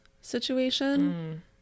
situation